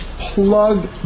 plug